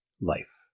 life